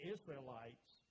Israelites